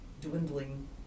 dwindling